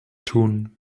tun